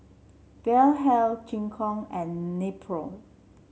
Vitahealth Gingko and Nepro